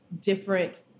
different